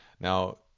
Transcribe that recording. Now